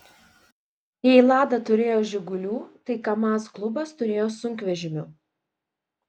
jei lada turėjo žigulių tai kamaz klubas turėjo sunkvežimių